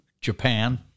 japan